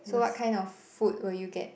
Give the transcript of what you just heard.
so what kind of food will you get